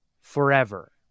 forever